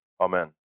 Amen